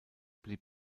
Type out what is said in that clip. blieb